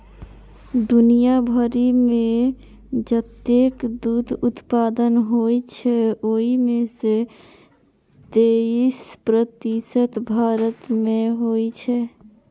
दुनिया भरि मे जतेक दुग्ध उत्पादन होइ छै, ओइ मे सं तेइस प्रतिशत भारत मे होइ छै